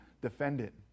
defendant